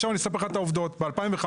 עכשיו אספר לך את העובדות: ב-2015,